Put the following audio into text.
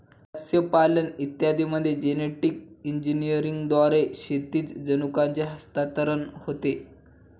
मत्स्यपालन इत्यादींमध्ये जेनेटिक इंजिनिअरिंगद्वारे क्षैतिज जनुकांचे हस्तांतरण होते